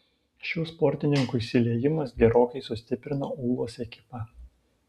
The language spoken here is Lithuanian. šių sportininkų įsiliejimas gerokai sustiprino ūlos ekipą